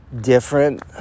different